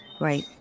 right